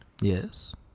Yes